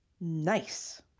Nice